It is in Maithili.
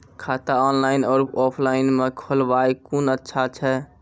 खाता ऑनलाइन और ऑफलाइन म खोलवाय कुन अच्छा छै?